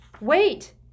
Wait